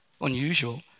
unusual